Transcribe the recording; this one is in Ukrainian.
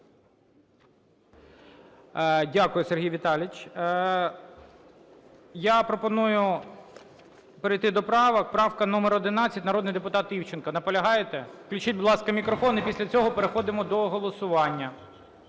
Дякую, Сергій Віталійович. Я пропоную перейти до правок. Правка номер 11, народний депутат Івченко. Наполягаєте? Включіть, будь ласка, мікрофон і після цього переходимо до голосування.